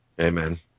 Amen